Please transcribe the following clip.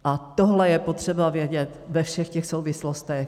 A tohle je potřeba vědět ve všech těch souvislostech.